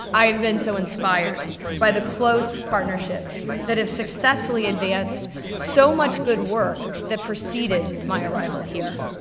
i have been so inspired by the close partnership that has successfully advanced so much good work that preceded my arrival here.